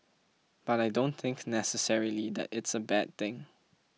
but I don't think necessarily that it's a bad thing